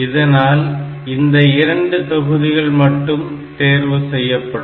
இதனால் இந்த இரண்டு தொகுதிகள் மட்டும் தேர்வு செய்யப்படும்